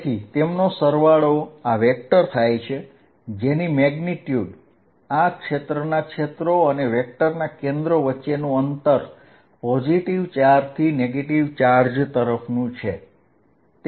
તેથી તેમનો સરવાળો આ વેક્ટર છે જેનું મેગ્નીટ્યૂડ એ આ ગોળાના કેન્દ્રો વચ્ચેનું અંતર છે અને વેક્ટર એ પોઝિટિવ ચાર્જથી નેગેટીવ ચાર્જ તરફનું છે